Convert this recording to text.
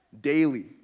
Daily